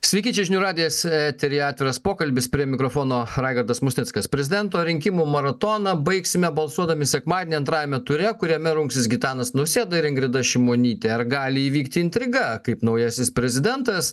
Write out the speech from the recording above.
sveiki čia žinių radijas eteryje atviras pokalbis prie mikrofono raigardas musnickas prezidento rinkimų maratoną baigsime balsuodami sekmadienį antrajame ture kuriame rungsis gitanas nausėda ir ingrida šimonytė ar gali įvykti intriga kaip naujasis prezidentas